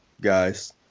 guys